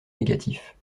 négatif